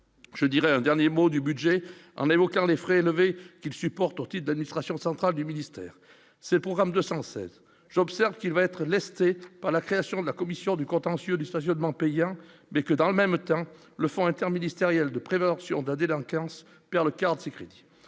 je dirais, un dernier mot du budget en évoquant les frais qu'supportent au type d'administration centrale du ministère, c'est le programme de 116 j'observe qu'il va être lesté par la création de la commission du contentieux du stationnement payant mais que dans le même temps, le fonds interministériel de près leur sur la délinquance perd le quart de ces crédits